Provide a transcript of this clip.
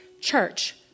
church